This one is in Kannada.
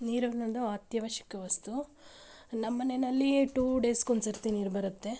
ನೀರೆನ್ನೋದು ಅತ್ಯವಶ್ಯಕ ವಸ್ತು ನಮ್ಮನೆಯಲ್ಲಿ ಟು ಡೇಸ್ಗೆ ಒಂದ್ಸರ್ತಿ ನೀರು ಬರುತ್ತೆ